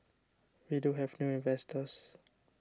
we do have new investors